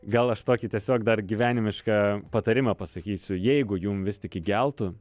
gal aš tokį tiesiog dar gyvenimišką patarimą pasakysiu jeigu jum vis tik įgeltų